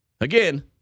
Again